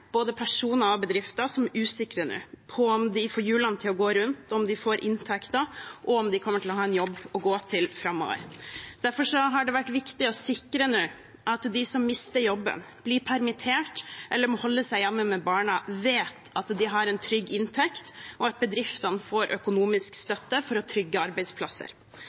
både personer og bedrifter, som nå er usikre på om de får hjulene til å gå rundt, om de får inntekter, og om de kommer til å ha en jobb å gå til framover. Derfor har det vært viktig å sikre at de som mister jobben, blir permittert eller må holde seg hjemme med barna, vet at de har en trygg inntekt, og at bedriftene får økonomisk støtte for å trygge arbeidsplasser.